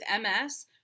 MS